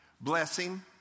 blessing